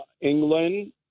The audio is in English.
England